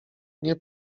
nie